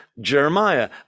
Jeremiah